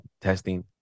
testing